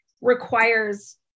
requires